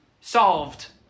Solved